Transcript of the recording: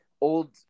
old